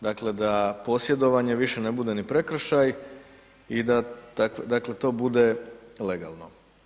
Dakle, da posjedovanje više ne bude ni prekršaj i da dakle to bude legalno.